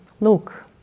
look